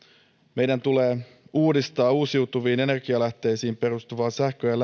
meidän tulee uudistaa uusiutuviin energialähteisiin perustuvan sähkön ja